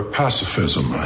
pacifism